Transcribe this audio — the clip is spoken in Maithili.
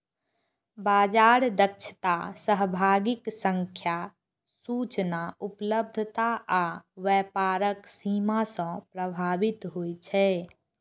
बाजार दक्षता सहभागीक संख्या, सूचना उपलब्धता आ व्यापारक सीमा सं प्रभावित होइ छै